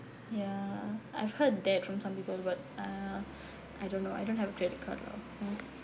ya I've heard that from some people but uh I don't know I don't have credit card mm